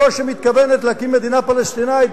זאת שמתכוונת להקים מדינה פלסטינית,